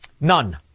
None